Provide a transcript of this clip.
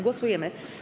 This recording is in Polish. Głosujemy.